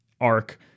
arc